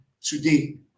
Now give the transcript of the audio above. Today